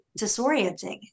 disorienting